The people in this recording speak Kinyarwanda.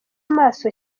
maso